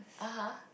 (uh huh)